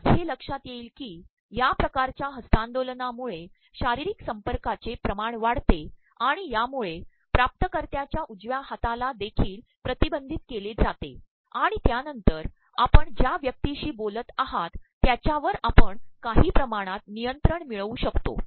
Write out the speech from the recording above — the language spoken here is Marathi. आपणास हे लक्षात येईल की या िकारच्या हस्त्तांदोलनामुळे शारीररक संपकायचे िमाण वाढतेआणण यामुळे िाटतकत्यायच्या उजव्या हाताला देखील िततबंचधत के लेजातेआणण त्यानंतर आपण ज्या व्यक्तीशी बोलत आहात त्याच्यावर आपण काही िमाणात तनयंरण ममळवू शकतो